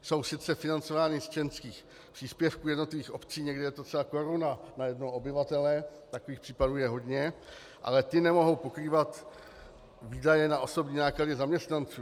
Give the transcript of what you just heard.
Jsou sice financovány z členských příspěvků jednotlivých obcí někdy je to třeba koruna na jednoho obyvatele, takových případů je hodně ale ty nemohou pokrývat výdaje na osobní náklady zaměstnanců.